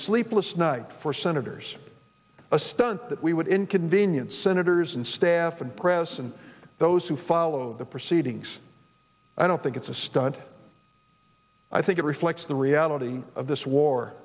sleepless night for senators a stunt that we would inconvenience senators and staff and press and those who followed the proceedings i don't think it's a stunt i think it reflects the reality of this war